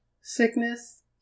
sickness